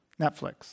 Netflix